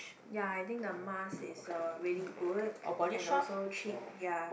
ya I think the mask is uh really good and also cheap ya